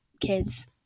kids